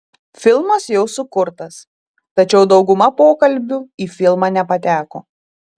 filmas jau sukurtas tačiau dauguma pokalbių į filmą nepateko